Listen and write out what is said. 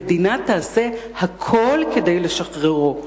המדינה תעשה הכול כדי לשחררו.